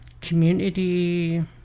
community